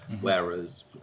whereas